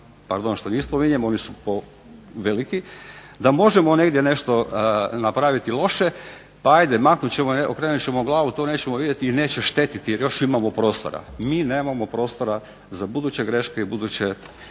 pardon što mi spominjemo oni su veliki, da možemo negdje nešto napraviti loše. Pa hajde maknut ćemo, okrenut ćemo glavu to nećemo vidjeti i neće štetiti jer još imamo prostora. Mi nemamo prostora za buduće greške i buduće